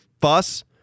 fuss